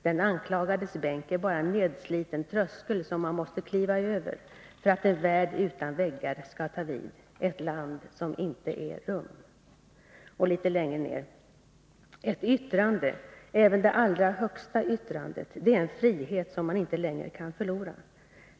Den anklagades bänk är bara en nedsliten tröskel som man måste kliva över, för att en värld utan väggar ska ta vid, ett land som inte är rum.” Dikten fortsätter litet längre ner på sidan: ”Ett yttrande, även det allra högsta yttrandet — det är en frihet som man inte längre kan förlora.